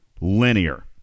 linear